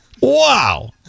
Wow